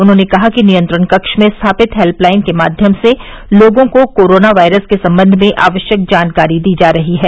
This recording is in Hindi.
उन्होंने कहा कि नियंत्रण कक्ष में स्थापित हेल्पलाइन के माध्यम से लोगों को कोरोना वायरस के सम्बन्ध में आवश्यक जानकारी दी जा रही है